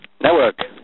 Network